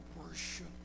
worship